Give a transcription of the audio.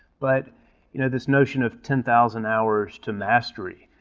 but you know this notion of ten thousand hours to mastery,